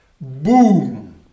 Boom